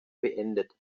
beendet